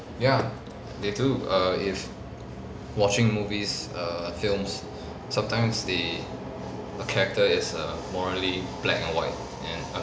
ya they do err if watching movies err films sometimes they a character is err morally black and white and err